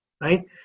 right